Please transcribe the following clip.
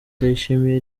ndayishimiye